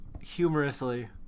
humorously